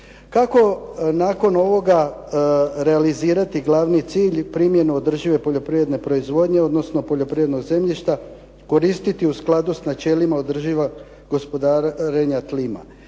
Kako nakon ovoga realizirati glavni cilj i primjenu održive poljoprivredne proizvodnje, odnosno poljoprivrednog zemljišta koristiti u skladu s načelima održiva gospodarenja tlima.